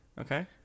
Okay